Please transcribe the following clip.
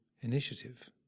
initiative